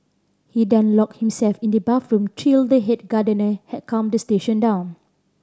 he then locked himself in the bathroom till the head gardener had calmed the situation down